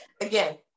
Again